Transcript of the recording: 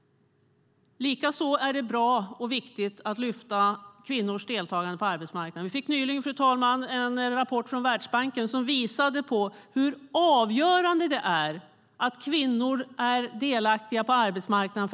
Likaså är kvinnors deltagande på arbetsmarknaden bra och viktigt. Nyligen fick vi, fru talman, från Världsbanken en rapport som visar hur avgörande det är för att klara tillväxten att kvinnor är delaktiga på arbetsmarknaden.